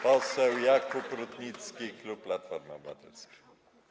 Poseł Jakub Rutnicki, klub Platforma Obywatelska.